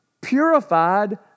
purified